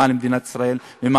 למען מדינת ישראל,